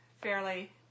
fairly